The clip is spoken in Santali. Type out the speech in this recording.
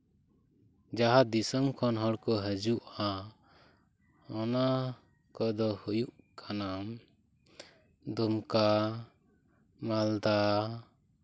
ᱡᱟᱦᱟᱸ ᱫᱚᱥᱚᱢ ᱠᱷᱚᱱ ᱦᱚᱲᱠᱚ ᱦᱤᱡᱩᱜᱼᱟ ᱚᱱᱟ ᱠᱚᱫᱚ ᱦᱩᱭᱩᱜ ᱠᱟᱱᱟ ᱫᱩᱢᱠᱟ ᱢᱟᱞᱫᱟ